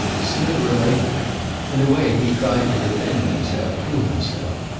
sooner or later in a way he tried to defend himself to himself.